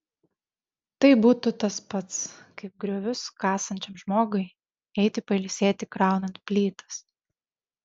tai būtų tas pats kaip griovius kasančiam žmogui eiti pailsėti kraunant plytas